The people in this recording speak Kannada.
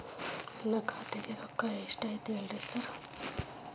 ನನ್ ಖಾತ್ಯಾಗ ರೊಕ್ಕಾ ಎಷ್ಟ್ ಐತಿ ಹೇಳ್ರಿ ಸಾರ್?